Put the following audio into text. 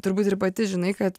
turbūt ir pati žinai kad